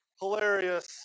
hilarious